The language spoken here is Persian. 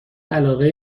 علاقه